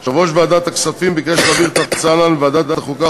יושב-ראש ועדת הכספים ביקש להעביר את ההצעה הנ"ל מוועדת החוקה,